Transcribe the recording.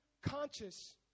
conscious